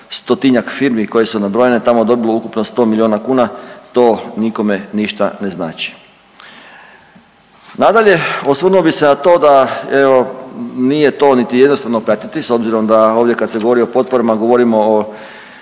stotinjak firmi koje su nabrojene tamo dobilo ukupno sto milijuna kuna to nikome ništa ne znači. Nadalje osvrnuo bih se na to evo nije to niti jednostavno pratiti s obzirom da ovdje kad se govori o potporama govorimo o